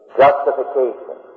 justification